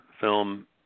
film